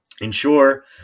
Ensure